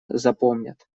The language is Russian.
запомнят